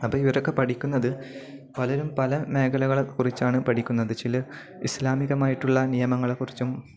അപ്പം ഇവരൊക്കെ പഠിക്കുന്നത് പലരും പല മേഖലകളെക്കുറിച്ചാണ് പഠിക്കുന്നത് ചില ഇസ്ലാമികമായിട്ടുള്ള നിയമങ്ങളെക്കുറിച്ചും